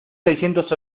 seiscientos